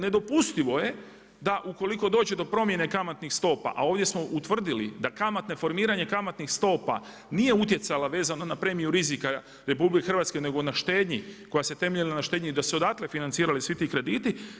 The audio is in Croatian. Nedopustivo je da u koliko dođe do promjene kamatnih stopa a ovdje smo utvrdili da formiranje kamatnih stopa nije utjecala na premiju rizika RH nego na štednji koja se temeljila na štednji i da su se odatle financirali svi ti krediti.